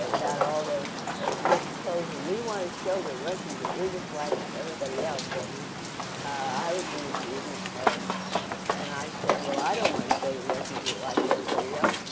about all those ah rich clothes, and we want to show the russians that we're just like everybody else. so um i was interviewed, and and and i said, well, i don't want to show the russians we're like everybody else.